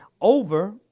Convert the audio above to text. Over